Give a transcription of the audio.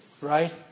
Right